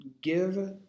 give